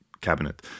cabinet